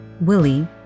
Willie